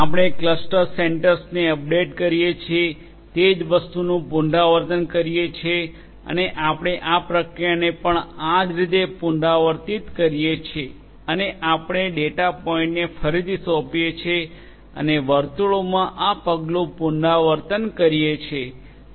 આપણે ક્લસ્ટર સેન્ટર્સને અપડેટ કરીએ છીએ તે જ વસ્તુનું પુનરાવર્તન કરીએ છીએ અને આપણે આ પ્રક્રિયાને પણ આ જ રીતે પુનરાવર્તિત કરીએ છીએ અને આપણે ડેટા પોઇન્ટને ફરીથી સોંપીએ છીએ અને વર્તુળોમાં આ પગલું પુનરાવર્તન કરીએ છીએ